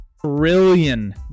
trillion